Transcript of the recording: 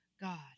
God